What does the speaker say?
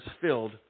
filled